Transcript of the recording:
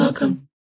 Welcome